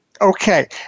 Okay